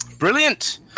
brilliant